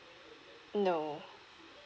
no